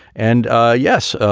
and ah yes,